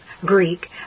Greek